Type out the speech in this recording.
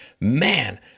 man